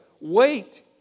Wait